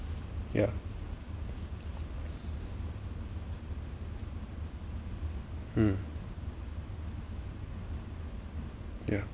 yeah mm yeah